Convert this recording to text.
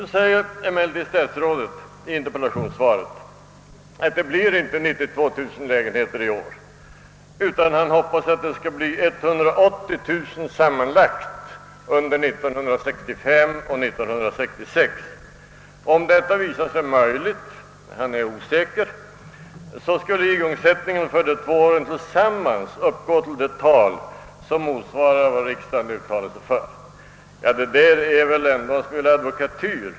Nu säger emellertid statsrådet i interpellationssvaret, att det inte blir 92 000 lägenheter i år utan att han hoppas att det skall bli 180 000 sammanlagt under 1965 och 1966. Om detta visar sig möjligt — han är osäker — skulle igångsättningen de två åren tillsammans uppgå till ett tal som motsvarar vad riksdagen uttalat sig för. Detta är väl ändå en smula advokatyr.